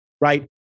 Right